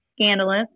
scandalous